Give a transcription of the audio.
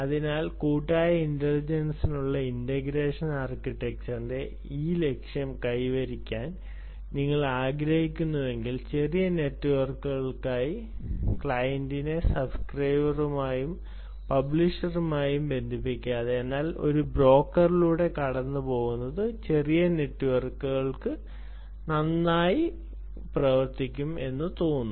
അതിനാൽ കൂട്ടായ ഇന്റലിജൻസിനായുള്ള ഇന്റഗ്രേഷൻ ആർക്കിടെക്ചറിന്റെ ഈ ലക്ഷ്യം കൈവരിക്കാൻ നിങ്ങൾ ആഗ്രഹിക്കുന്നുവെങ്കിൽ ചെറിയ നെറ്റ്വർക്കുകൾക്കായി ക്ലയന്റിനെ സബ്സ്ക്രൈബറുമായും പബ്ലിഷറുമായി ബന്ധിപ്പിക്കാതെ എന്നാൽ ഒരു ബ്രോക്കറിലൂടെ കടന്നുപോകുന്നത് ചെറിയ നെറ്റ്വർക്കുകൾക്ക് നന്നായി പ്രവർത്തിക്കുമെന്ന് തോന്നുന്നു